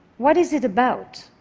what is it about?